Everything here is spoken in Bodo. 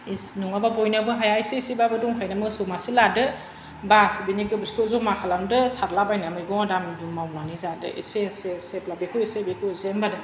इस नङाबा बयनावबो हाया एसे एसेबाबो दंखायो ना मोसौ मासे लादो बास बिनि गोबोरखिखौ जमा खालामदो सारलाबायना मैगंआव आरामनो मावनानै जादो एसे एसे एसेब्ला बेखौ एसे बेखौ एसे होमबानो